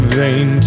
vain